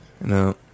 No